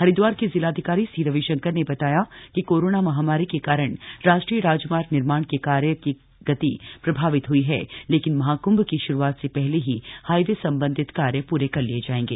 हरिदवार के जिलाधिकारी सी रविशंकर ने बताया कि कोरोना महामारी के कारण राष्ट्रीय राजमार्ग निर्माण के कार्य की गति प्रभावित हई लेकिन महाक्भ की श्रुआत से पहले ही हाईवे संबंधित कार्य पूरे कर लिए जाएंगे